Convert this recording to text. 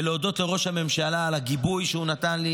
ולהודות לראש הממשלה על הגיבוי שהוא נתן לי.